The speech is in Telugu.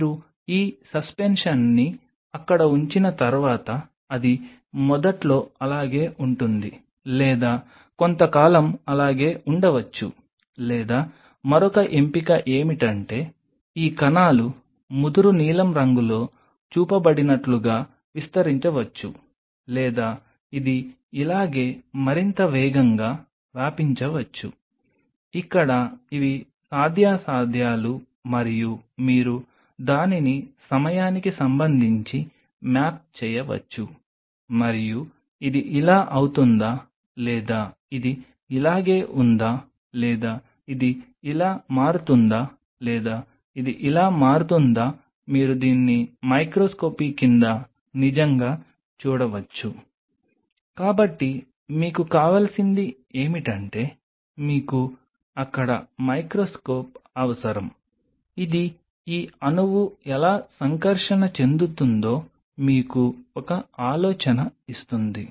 మీరు ఈ సస్పెన్షన్ని అక్కడ ఉంచిన తర్వాత అది మొదట్లో అలాగే ఉంటుంది లేదా కొంతకాలం అలాగే ఉండవచ్చు లేదా మరొక ఎంపిక ఏమిటంటే ఈ కణాలు ముదురు నీలం రంగులో చూపబడినట్లుగా విస్తరించవచ్చు లేదా ఇది ఇలాగే మరింత వేగంగా వ్యాపించవచ్చు ఇక్కడ ఇవి సాధ్యాసాధ్యాలు మరియు మీరు దానిని సమయానికి సంబంధించి మ్యాప్ చేయవచ్చు మరియు ఇది ఇలా అవుతుందా లేదా ఇది ఇలాగే ఉందా లేదా ఇది ఇలా మారుతుందా లేదా ఇది ఇలా మారుతుందా మీరు దీన్ని మైక్రోస్కోపీ కింద నిజంగా చూడవచ్చు కాబట్టి మీకు కావలసింది ఏమిటంటే మీకు అక్కడ మైక్రోస్కోప్ అవసరం ఇది ఈ అణువు ఎలా సంకర్షణ చెందుతుందో మీకు ఒక ఆలోచన ఇస్తుంది